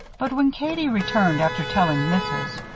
but when katie returned after telling missus,